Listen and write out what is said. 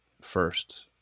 First